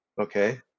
okay